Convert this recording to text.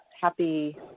happy